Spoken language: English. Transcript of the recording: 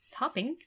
Toppings